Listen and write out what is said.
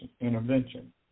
intervention